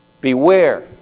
Beware